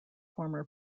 former